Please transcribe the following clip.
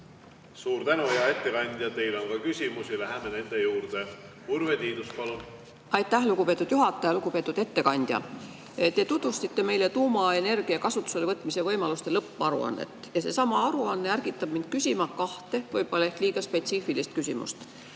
Suur tänu, hea ettekandja! Teile on ka küsimusi, läheme nende juurde. Urve Tiidus, palun! Aitäh, lugupeetud juhataja! Lugupeetud ettekandja! Te tutvustasite meile tuumaenergia kasutusele võtmise võimaluste lõpparuannet. Seesama aruanne ärgitab mind küsima kahte ehk liiga spetsiifilist küsimust.